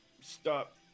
stop